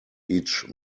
each